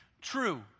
true